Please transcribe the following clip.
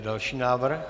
Další návrh.